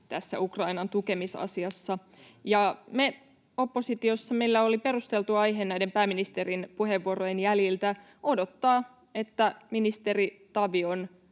tässä Ukrainan tukemisasiassa. Meillä oppositiossa oli perusteltu aihe näiden pääministerin puheenvuorojen jäljiltä odottaa, että ministeri Tavion